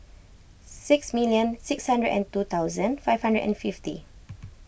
six million six hundred and two thousand five hundred and fifty